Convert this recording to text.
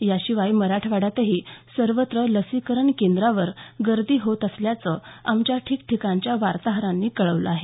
याशिवाय मराठवाड्यातही सर्वत्र लसीकरण केंद्रांवर गर्दी होत असल्याचं आमच्या ठिकठिकाणच्या वार्ताहरांनी कळवलं आहे